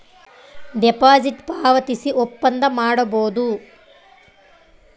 deposit ಪಾವತಿಸಿ ಒಪ್ಪಂದ ಮಾಡಬೋದು